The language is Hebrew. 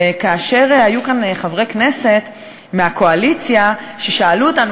כאשר היו כאן חברי כנסת מהקואליציה ששאלו אותנו,